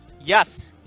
Yes